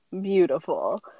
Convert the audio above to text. Beautiful